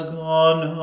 gone